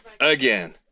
Again